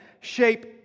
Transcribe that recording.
shape